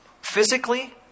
Physically